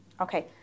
Okay